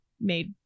made